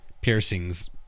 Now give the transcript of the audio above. piercings